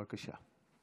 בבקשה.